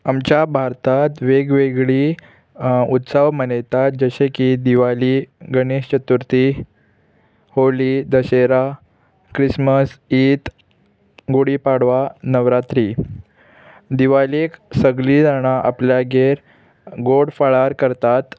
आमच्या भारतांत वेगवेगळी उत्सव मनयतात जशें की दिवाली गणेश चतुर्थी होळी दशेरा क्रिस्मस ईद गुडी पाडवा नवरात्री दिवालीक सगळीं जाणां आपल्यागेर गोड फळार करतात